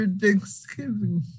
Thanksgiving